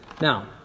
Now